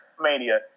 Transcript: Mania